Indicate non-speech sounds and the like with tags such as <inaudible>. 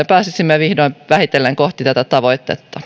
<unintelligible> pääsisimme vihdoin vähitellen kohti tätä tavoitetta